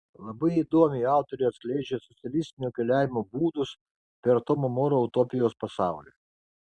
labai įdomiai autorė atskleidžia socialistinio keliavimo būdus per tomo moro utopijos pasaulį